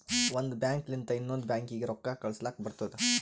ಒಂದ್ ಬ್ಯಾಂಕ್ ಲಿಂತ ಇನ್ನೊಂದು ಬ್ಯಾಂಕೀಗಿ ರೊಕ್ಕಾ ಕಳುಸ್ಲಕ್ ಬರ್ತುದ